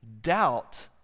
Doubt